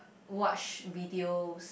watch videos